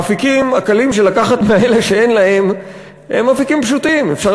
האפיקים הקלים של לקחת מאלה שאין להם הם אפיקים פשוטים,